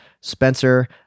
Spencer